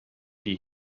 die